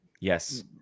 Yes